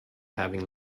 having